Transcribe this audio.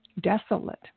desolate